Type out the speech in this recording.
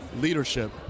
leadership